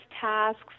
tasks